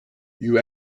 you